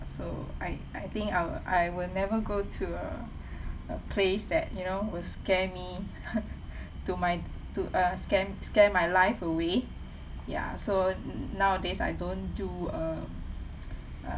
so I I think I'll I will never go to a a place that you know will scare me to my to a scare scare my life away ya so nowadays I don't do um